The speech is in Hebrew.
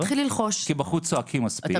כי בחוץ צועקים מספיק -- נתחיל